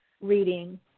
reading